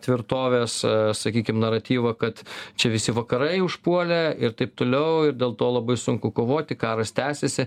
tvirtovės sakykim naratyvą kad čia visi vakarai užpuolė ir taip toliau ir dėl to labai sunku kovoti karas tęsiasi